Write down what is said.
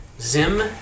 Zim